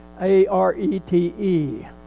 A-R-E-T-E